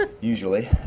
Usually